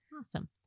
Awesome